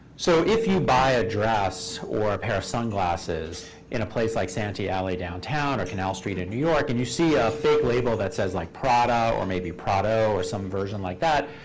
so if you buy a dress or a pair of sunglasses in a place like santee alley downtown or canal street in new york, and you see a fake label that says, like, prada, or maybe prado, or some version like that,